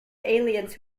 aliens